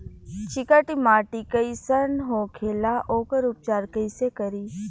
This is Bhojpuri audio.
चिकटि माटी कई सन होखे ला वोकर उपचार कई से करी?